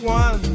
one